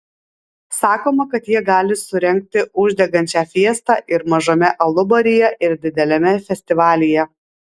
sakoma kad jie gali surengti uždegančią fiestą ir mažame alubaryje ir dideliame festivalyje